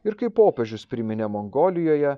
ir kaip popiežius priminė mongolijoje